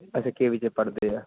ਅੱਛਾ K V 'ਚ ਪੜ੍ਹਦੇ ਆ